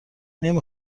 نمی